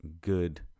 good